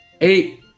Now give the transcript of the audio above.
eight